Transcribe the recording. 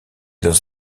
dans